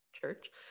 church